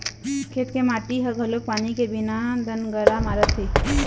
खेत के माटी ह घलोक पानी के बिना दनगरा मारत हे